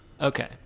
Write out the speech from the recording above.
Okay